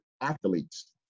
athletes